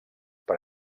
per